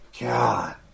God